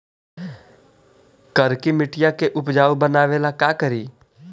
करिकी मिट्टियां के उपजाऊ बनावे ला का करी?